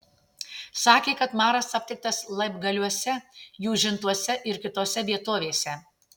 sakė kad maras aptiktas laibgaliuose jūžintuose ir kitose vietovėse